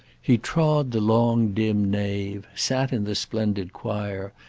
he trod the long dim nave, sat in the splendid choir,